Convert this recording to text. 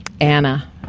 Anna